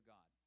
God